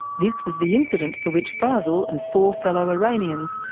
this was the incident for which fazel, and four fellow iranians,